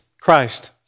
Christ